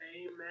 Amen